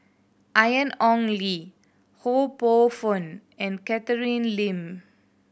Ian Ong Li Ho Poh Fun and Catherine Lim